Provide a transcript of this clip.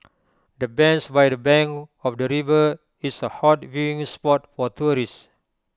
the bench by the bank of the river is A hot viewing spot for tourists